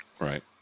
Right